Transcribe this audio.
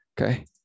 Okay